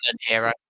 hero